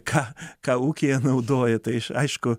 ką ką ūkyje naudoja tai aišku